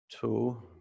two